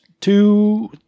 two